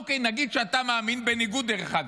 אוקיי, נגיד שאתה מאמין, דרך אגב,